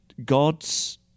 God's